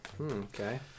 Okay